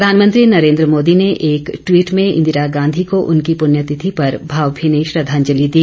प्रधानमंत्री नरेन्द्र मोदी ने एक टवीट में इंदिरा गांधी को उनकी पृण्यतिथि पर भावभीनी श्रद्धांजलि दी